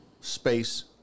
space